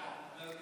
בעד.